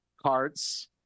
cards